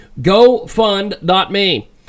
Gofund.me